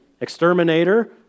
exterminator